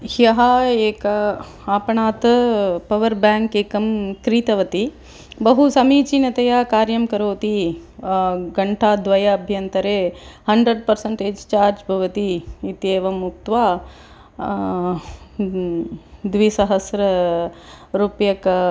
ह्यः एकः आपणात् पवर् बाङ्क् एकं क्रीतवती बहु समीचीनतया कार्यं करोति घण्टाद्वयाभ्यन्तरे हण्ड्रेड् पर्सण्टेज् चार्ज् भवति इत्येवम् उक्त्वा द्विसहस्ररूप्यकम्